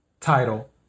title